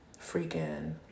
freaking